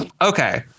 Okay